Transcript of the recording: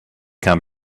come